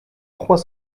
trois